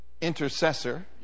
intercessor